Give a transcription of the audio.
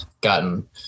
gotten